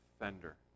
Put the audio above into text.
offender